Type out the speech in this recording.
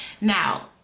Now